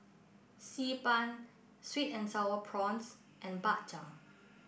Xi Ban Sweet and Sour Prawns and Bak Chang